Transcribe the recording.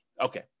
okay